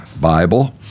Bible